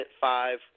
five